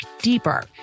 deeper